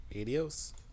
adios